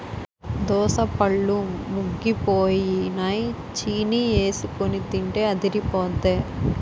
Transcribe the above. దోసపళ్ళు ముగ్గిపోయినై చీనీఎసికొని తింటే అదిరిపొద్దే